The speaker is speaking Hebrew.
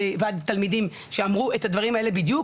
התלמידים שאמרו את הדברים האלה בדיוק.